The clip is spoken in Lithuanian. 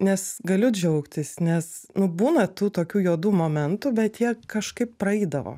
nes galiu džiaugtis nes nu būna tų tokių juodų momentų bet jie kažkaip praeidavo